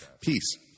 Peace